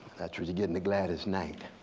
that's what you get in the gladys knight.